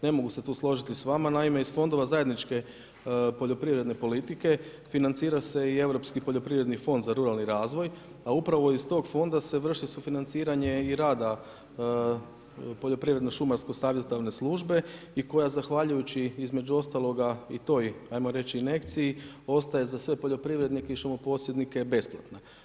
Ne mogu se tu složiti s vama, naime iz fondova zajedničke poljoprivredne politike financira se i Europski poljoprivredni fond za ruralni razvoj, a upravo iz tog fonda se vrši sufinaciranje i rada Poljoprivredno-šumarske savjetodavne službe i koja zahvaljujući između ostaloga i toj ajmo reći injekciji ostaje za sve poljoprivrednike i šumoposjednike je besplatna.